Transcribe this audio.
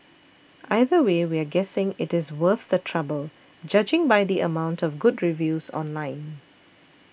either way we're guessing it is worth the trouble judging by the amount of good reviews online